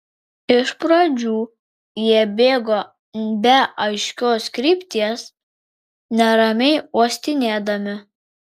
iš pradžių jie bėgo be aiškios krypties neramiai uostinėdami